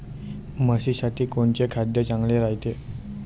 म्हशीसाठी कोनचे खाद्य चांगलं रायते?